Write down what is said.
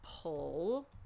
pull